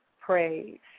praise